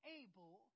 able